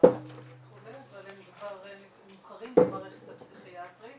--- אבל הם כבר מוכרים למערכת הפסיכיאטרית